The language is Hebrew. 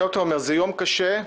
שוב, זה יום קשה.